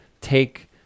take